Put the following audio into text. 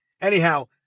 Anyhow